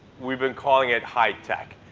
we've been calling it high tech.